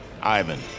Ivan